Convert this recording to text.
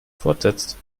fortsetzt